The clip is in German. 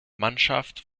mannschaft